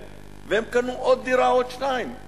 והם קנו עוד דירה או עוד שתיים,